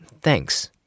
thanks